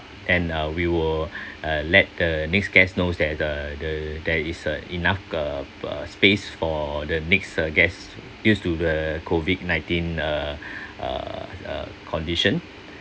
and uh we will uh let the next guest knows that the the there is a enough uh uh space for the next guest dues to the COVID nineteen uh uh uh condition